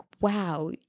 wow